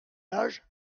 âge